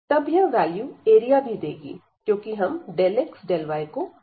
तब यह value area भी देगी क्योंकि हम xy को जोड़ रहे है